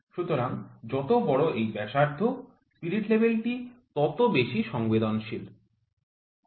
সুতরাং যত বড় এই ব্যাসার্ধ স্পিরিট লেভেলটি তত বেশি সংবেদনশীল